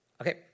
Okay